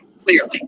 clearly